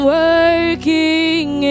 working